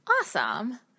Awesome